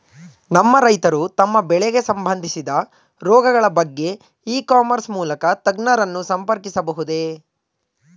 ನಮ್ಮ ರೈತರು ತಮ್ಮ ಬೆಳೆಗೆ ಸಂಬಂದಿಸಿದ ರೋಗಗಳ ಬಗೆಗೆ ಇ ಕಾಮರ್ಸ್ ಮೂಲಕ ತಜ್ಞರನ್ನು ಸಂಪರ್ಕಿಸಬಹುದೇ?